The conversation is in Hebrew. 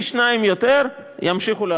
אם נעשה אותו דבר פי-שניים, ימשיכו לעזוב.